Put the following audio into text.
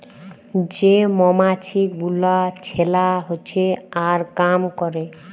যে মমাছি গুলা ছেলা হচ্যে আর কাম ক্যরে